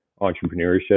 entrepreneurship